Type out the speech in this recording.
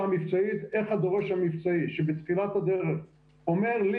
המבצעית איך הדורש המבצעי שבתחילת הדרך אומר לי,